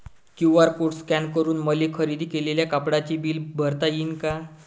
QR code scan करून मले खरेदी केलेल्या कापडाचे बिल भरता यीन का?